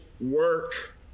work